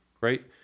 right